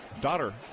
daughter